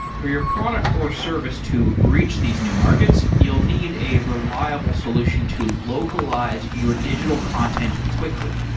for your product or service to reach these new markets, you'll need a reliable solution to localize your digital content quickly.